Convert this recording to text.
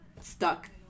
stuck